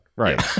right